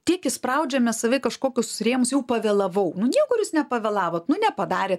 tiek įspraudžiame save į kažkokius rėmus jau pavėlavau nu niekur jūs nepavėlavot nu nepadarėte